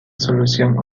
solución